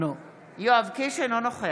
תודה, חברת הכנסת קרן